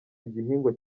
igihingwa